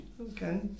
Okay